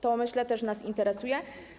To, myślę, też nas interesuje.